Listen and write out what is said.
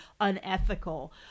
unethical